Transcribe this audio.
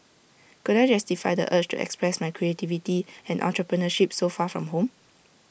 could I justify the urge to express my creativity and entrepreneurship so far from home